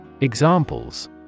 Examples